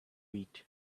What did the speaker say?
eat